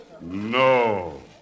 No